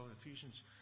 Ephesians